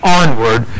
onward